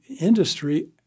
industry